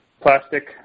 plastic